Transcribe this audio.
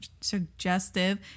suggestive